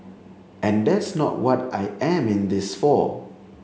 and that's not what I am in this for